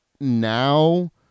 now